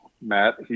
Matt